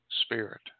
Spirit